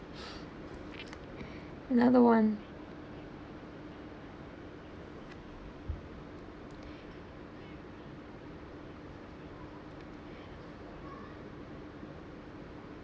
another one